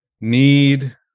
need